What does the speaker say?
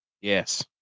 Yes